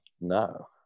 No